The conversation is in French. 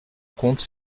compte